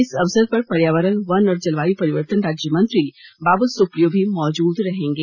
इस अवसर पर पर्यावरण वन और जलवायु परिवर्तन राज्य मंत्री बाबुल सुप्रियो भी मौजूद रहेंगे